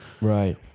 Right